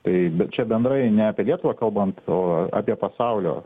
tai bet čia bendrai ne apie lietuvą kalbant o apie pasaulio